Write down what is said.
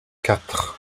quatre